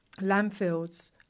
landfills